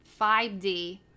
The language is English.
5D